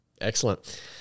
Excellent